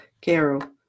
Carol